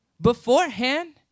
beforehand